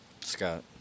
Scott